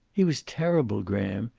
he was terrible, graham.